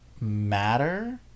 matter